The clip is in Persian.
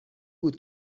بود